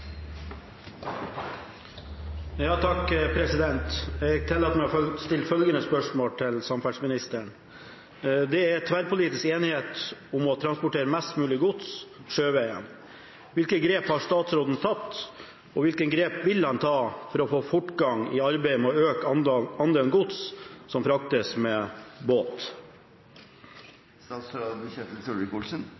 Jeg tillater meg å stille følgende spørsmål til samferdselsministeren: «Det er tverrpolitisk enighet om å transportere mest mulig gods sjøveien. Hvilke grep har statsråden tatt, og hvilke grep vil han ta